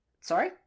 sorry